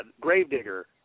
Gravedigger